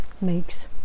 makes